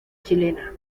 chilena